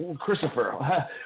Christopher